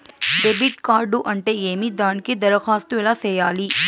debit card అంటే ఏమి దానికి దరఖాస్తు ఎలా సేయాలి